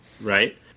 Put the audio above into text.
right